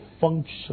function